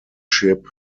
ship